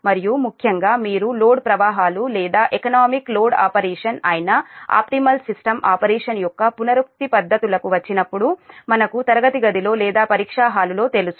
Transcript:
మరియు ముఖ్యంగా మీరు లోడ్ ప్రవాహాలు లేదా ఎకనామిక్ లోడ్ ఆపరేషన్ అయిన ఆప్టిమల్ సిస్టమ్ ఆపరేషన్ యొక్క పునరుక్తి పద్ధతులకు వచ్చినప్పుడు మనకు తరగతి గదిలో లేదా పరీక్ష హాలులో తెలుసు